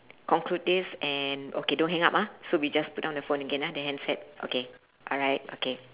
conclude this and okay don't hang up ah so we just put down the phone again ah the handset okay alright okay